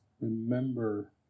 remember